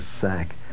sack